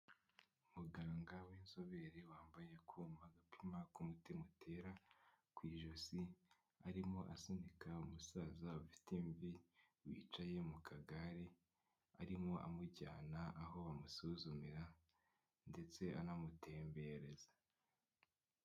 Muganga w'inzobere wambaye akuma gapima uko umutima utera, ku ijosi arimo asunika umusaza ufite imvi, wicaye mu kagare arimo amujyana aho bamusuzumira ndetse anamutembereza.